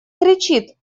кричит